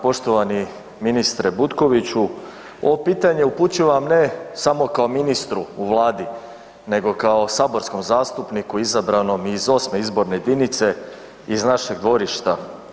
Poštovani ministre Butkoviću ovo pitanje upućivam ne samo kao ministru u Vladu, nego kao saborskom zastupniku izabranom iz 8. izborne jedinice, iz našeg dvorišta.